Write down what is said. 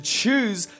choose